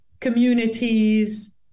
communities